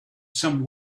some